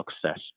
success